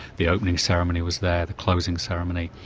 the opening ceremony was there, the closing ceremony,